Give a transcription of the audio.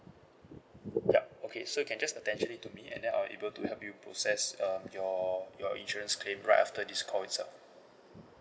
yup okay so you can just attention it to me and then I will able to help you process um your your insurance claim right after this call itself